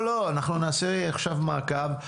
אנחנו נעשה על זה מעקב.